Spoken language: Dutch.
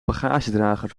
bagagedrager